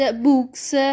books